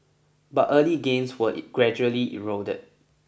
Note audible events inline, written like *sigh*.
but early gains were *unintelligible* gradually eroded